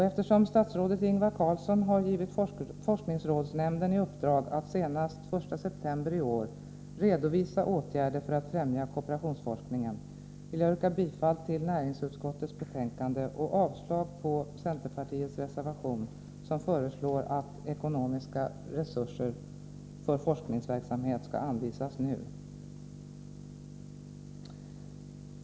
Eftersom statsrådet Ingvar Carlsson har gett forskningsrådsnämnden i uppdrag att senast den 1 september i år redovisa åtgärder för att främja kooperationsforskningen, yrkar jag bifall till hemställan i näringsutskottets betänkande och avslag på centerreservationen i vilken föreslås att ”ekonomiska resurser” för forskningsverksamhet skall anvisas nu.